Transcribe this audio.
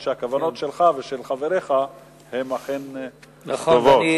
ושל חבריך הן אכן טובות.